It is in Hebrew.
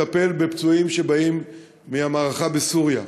הוא מטפל בפצועים שבאים מהמערכה בסוריה,